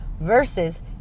versus